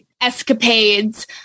escapades